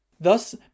Thus